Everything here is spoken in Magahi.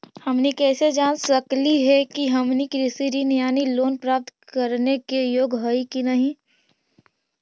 हमनी कैसे जांच सकली हे कि हमनी कृषि ऋण यानी लोन प्राप्त करने के योग्य हई कि नहीं?